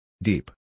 Deep